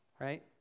right